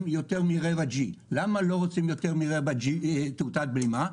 שיגיע למעלה מ- 0.25G. למה לא רוצים יותר מרבע תאוטת בלימה?